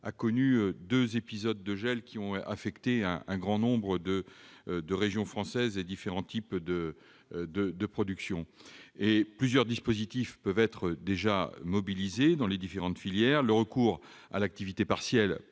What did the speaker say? a connu deux épisodes de gel qui ont affecté un grand nombre de régions et différents types de productions. Plusieurs dispositifs peuvent déjà être mobilisés dans les différentes filières : recours à l'activité partielle